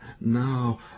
now